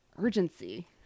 urgency